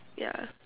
yeah